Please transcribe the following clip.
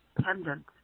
pendant